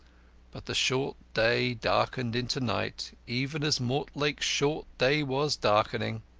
but the short day darkened into night even as mortlake's short day was darkening.